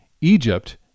Egypt